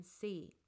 see